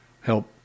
help